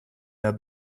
mehr